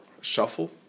shuffle